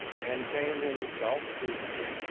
and came himself to the city,